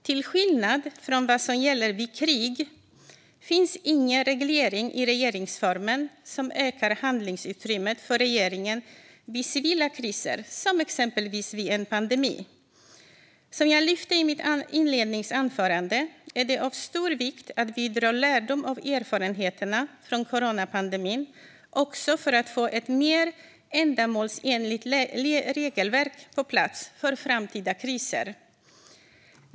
Till skillnad från vad som gäller vid krig finns ingen reglering i regeringsformen som ökar handlingsutrymmet för regeringen vid civila kriser, exempelvis vid en pandemi. Som jag lyfte i mitt inledningsanförande är det av stor vikt att vi drar lärdom av erfarenheterna från coronapandemin också för att få ett mer ändamålsenligt regelverk på plats för framtida kriser.